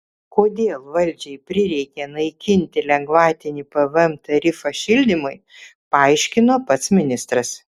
kodėl valdžiai prireikė naikinti lengvatinį pvm tarifą šildymui paaiškino pats ministras